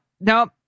no